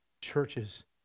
churches